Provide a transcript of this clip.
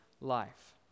life